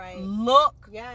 look